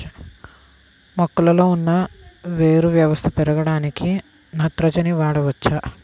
మొక్కలో ఉన్న వేరు వ్యవస్థ పెరగడానికి నత్రజని వాడవచ్చా?